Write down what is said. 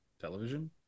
television